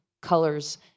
colors